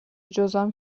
جذام